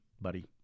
buddy